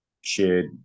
shared